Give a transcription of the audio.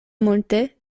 multe